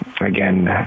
again